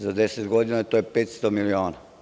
Za 10 godina to je 500 miliona.